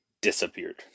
disappeared